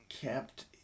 Kept